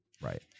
Right